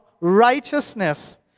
righteousness